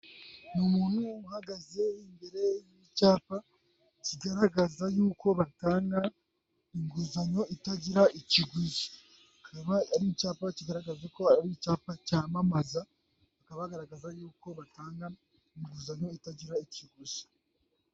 Ni umuntu uhagaze imbere y'icyapa kigaragaza yuko batanga inguzanyo itagira ikiguzi, akaba ari icyapa kigaragaza ko ari icyapa cyamamaza bakaba bagaragaza yuko batanga inguzanyo itagira ikiguzi.